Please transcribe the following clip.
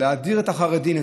להדיר את החרדים,